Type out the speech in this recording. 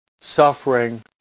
suffering